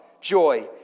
joy